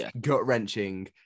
gut-wrenching